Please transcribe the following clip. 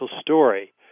story